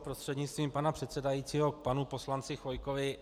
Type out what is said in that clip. Prostřednictvím pana předsedajícího k panu poslanci Chvojkovi.